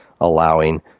allowing